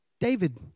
David